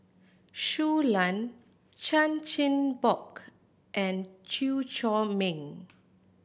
Shui Lan Chan Chin Bock and Chew Chor Meng